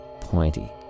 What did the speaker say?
pointy